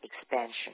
expansion